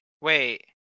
Wait